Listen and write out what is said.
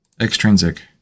Extrinsic